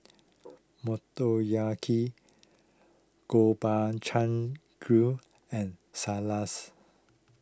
Motoyaki Gobchang Gui and Salas